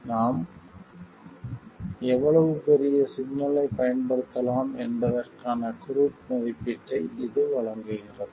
எனவே நாம் எவ்வளவு பெரிய சிக்னலைப் பயன்படுத்தலாம் என்பதற்கான குரூட் மதிப்பீட்டை இது வழங்குகிறது